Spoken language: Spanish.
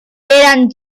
eran